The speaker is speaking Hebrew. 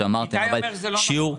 כשהרב גפני אומר שנפגע השירות,